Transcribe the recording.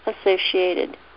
associated